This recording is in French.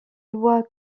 lois